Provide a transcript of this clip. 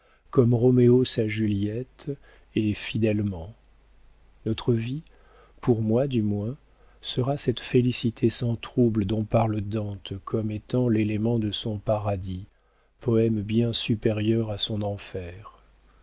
comme roméo sa juliette et fidèlement notre vie pour moi du moins sera cette félicité sans trouble dont parle dante comme étant l'élément de son paradis poëme bien supérieur à son enfer